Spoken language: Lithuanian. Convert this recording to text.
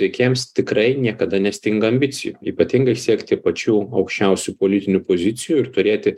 veikėjams tikrai niekada nestinga ambicijų ypatingai siekti pačių aukščiausių politinių pozicijų ir turėti